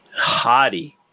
hottie